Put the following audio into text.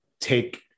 take